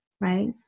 right